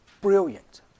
brilliant